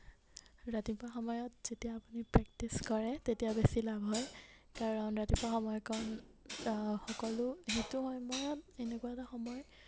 ৰাতিপুৱা সময়ত যেতিয়া আপুনি প্ৰেক্টিছ কৰে তেতিয়া বেছি লাভ হয় কাৰণ ৰাতিপুৱা সময়কণ সকলো সেইটো সময়ত এনেকুৱা এটা সময়